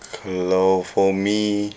kalau for me